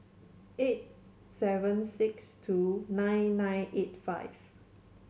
eight seven six two nine nine eight five